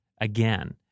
again